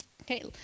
okay